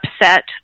upset